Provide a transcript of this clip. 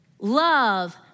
Love